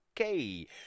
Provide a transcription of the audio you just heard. Okay